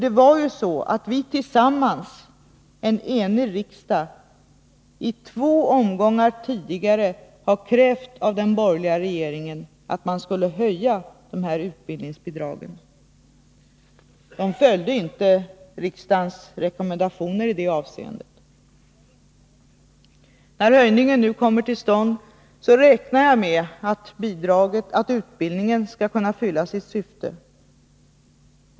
Det var ju så att vi tillsammans, en enig riksdag, i två omgångar tidigare har krävt att den borgerliga regeringen skulle höja de här utbildningsbidragen. Den följde inte riksdagens rekommendationer i det avseendet. När höjningen nu kommer till stånd, räknar jag med att utbildningen skall kunna fylla sitt syfte.